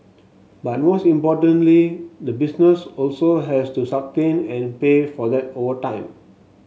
but most importantly the business also has to sustain and pay for that over time